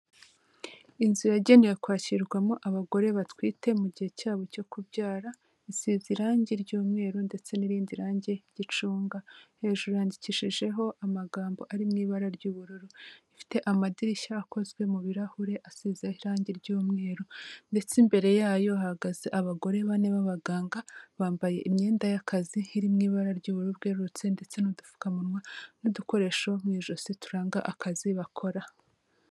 Inzu yagenewe kwakirwamo abagore batwite mu gihe cyabo cyo kubyara isize irangi ry'umweru ndetse n'irindi rangi ry'icunga, hejuru yandikishijeho amagambo ari mu ibara ry'ubururu, ifite amadirishya akozwe mu birahure asize irangi ry'umweru ndetse imbere yayo hahagaze abagore bane b'abaganga bambaye imyenda y'akazi iriw ibara ry'ubururu bwerurutse ndetse n'udupfukamunwa n'udukoresho mu ijosi turanga akazi bakora.